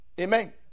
amen